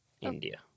India